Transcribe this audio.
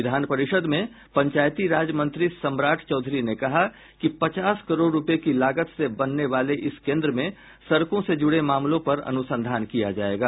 विधान परिषद में पंचायती राज मंत्री सम्राट चौधरी ने कहा कि पचास करोड़ रूपये की लागत से बनने वाले इस केन्द्र में सड़कों से जूड़े मामलों पर अनुसंधान किया जायेगा